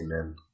Amen